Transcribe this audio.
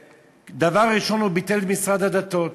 דבר ראשון הוא ביטל את משרד הדתות.